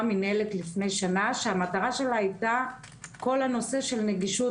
מינהלת לפני שנה שהמטרה שלה הייתה כל הנושא של נגישות,